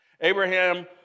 Abraham